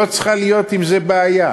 לא צריכה להיות עם זה בעיה,